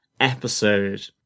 episode